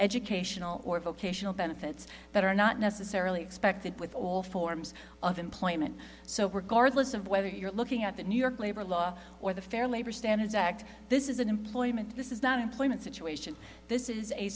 educational or vocational benefits that are not necessarily expected with all forms of employment so we're cardless of whether you're looking at the new york labor law or the fair labor standards act this is an employment this is not employment situation this is a